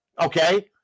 Okay